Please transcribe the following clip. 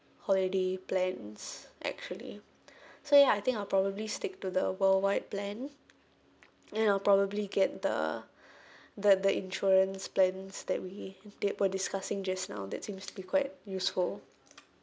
holiday plans actually so ya I think I'll probably stick to the worldwide plan and I'll probably get the the the insurance plans that we that we're discussing just now that seems to be quite useful